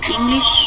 English